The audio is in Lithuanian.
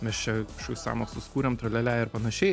mes čia kažkokius sąmokslus kurėm tralialia ir panašiai